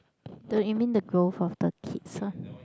the you mean the growth of the kids ah